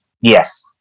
Yes